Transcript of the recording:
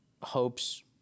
hopes